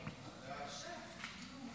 ההצעה להעביר את הצעת החוק לייעול האכיפה והפיקוח